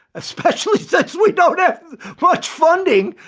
especially since we don't have much funding,